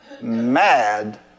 Mad